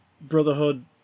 Brotherhood